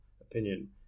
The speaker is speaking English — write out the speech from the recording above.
opinion